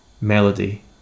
melody